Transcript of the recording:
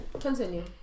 Continue